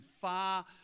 far